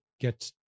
Get